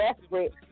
desperate